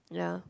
yeah